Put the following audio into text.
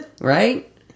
Right